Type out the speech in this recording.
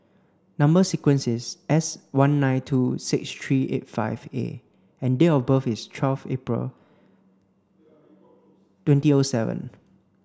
number sequence is S one nine two six three eight five A and date of birth is twelve April twenty O seven